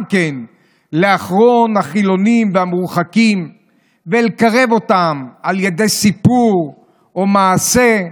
לאחרון החילונים והמרוחקים ולקרב אותם על ידי סיפור או מעשה,